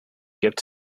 kept